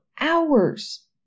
hours